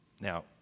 now